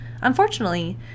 Unfortunately